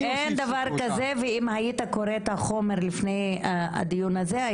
כזה ואם היית קורא את החומר לפני הדיון הזה,